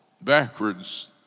backwards